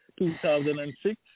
2006